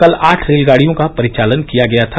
कल आठ रेलगाड़ियों का परिचालन किया गया था